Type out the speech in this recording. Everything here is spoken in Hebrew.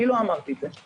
לא אני אמרתי את זה,